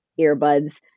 earbuds